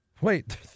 Wait